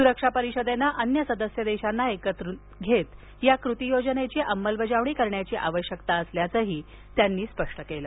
सुरक्षा परिषदेनं अन्य सदस्य देशांना एकत्र घेत या कृती योजनेची अंमलबजावणी करण्याची आवश्यकता असल्याचं जयशंकर म्हणाले